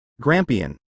Grampian